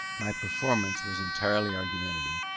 my performance was entirely argumentative,